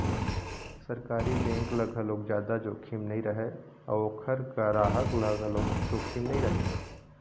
सरकारी बेंक ल घलोक जादा जोखिम नइ रहय अउ ओखर गराहक ल घलोक जोखिम नइ रहय